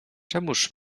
czemuż